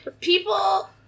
People